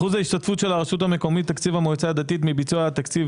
אחוז ההשתתפות של הרשות המקומית תקציב המועצה הדתית מביצוע התקציב